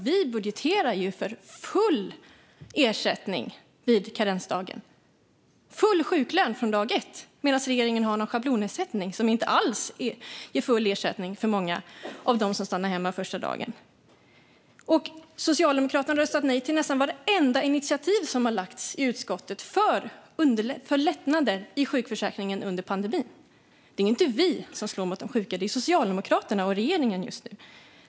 Vi budgeterar för full ersättning vid karensdagen, full sjuklön från dag ett, medan regeringen har en schablonersättning som inte alls ger full ersättning första dagen för många som stannar hemma. Socialdemokraterna har röstat nej till nästan vartenda initiativ som har tagits i utskottet för lättnader i sjukförsäkringen under pandemin. Det är inte vi som slår mot de sjuka - det är Socialdemokraterna och regeringen just nu.